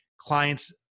Clients